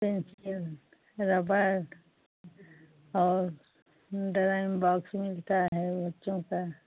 pencil rubber और drawing box मिलता है बच्चों का